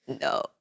no